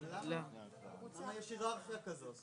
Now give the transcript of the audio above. למה יש היררכיה כזאת?